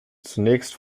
zunächst